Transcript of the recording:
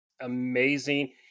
amazing